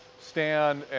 stand